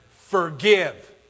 forgive